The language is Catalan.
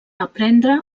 aprendre